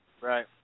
Right